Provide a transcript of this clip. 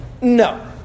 No